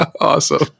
Awesome